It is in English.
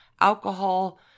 alcohol